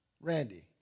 Randy